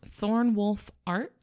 ThornwolfArt